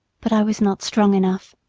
but i was not strong enough